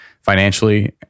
financially